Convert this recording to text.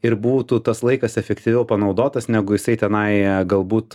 ir būtų tas laikas efektyviau panaudotas negu jisai tenai galbūt